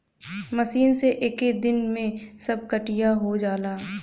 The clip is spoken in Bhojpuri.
मशीन से एक्के दिन में सब कटिया हो जाला